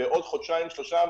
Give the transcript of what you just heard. ובעוד חודשיים-שלושה,